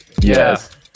Yes